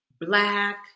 Black